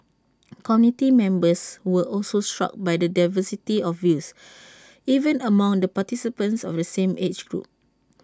committee members were also struck by the diversity of views even among the participants of the same age group